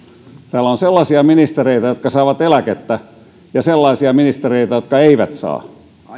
täällä on sellaisia ministereitä jotka saavat eläkettä ja sellaisia ministereitä jotka eivät saa